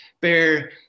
bear